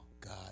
God